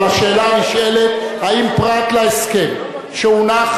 אבל השאלה הנשאלת: האם פרט להסכם שהונח